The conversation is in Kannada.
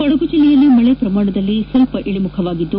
ಕೊಡಗು ಜಿಲ್ಲೆಯಲ್ಲಿ ಮಳೆ ಪ್ರಮಾಣದಲ್ಲಿ ಸ್ತಲ್ಪ ಇಳಿಮುಖವಾಗಿದ್ದು